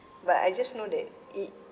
but I just know that it